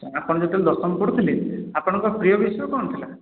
ତ ଆପଣ ଯେତେବେଳେ ଦଶମ ପଢ଼ୁଥିଲେ ଆପଣଙ୍କ ପ୍ରିୟ ବିଷୟ କ'ଣ ଥିଲା